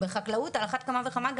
אז בחקלאות על אחת כמה וכמה.